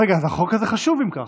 רגע, אז החוק הזה חשוב, אם כך.